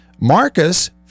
Marcus